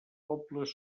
pobles